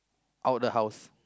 out of the house